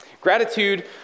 Gratitude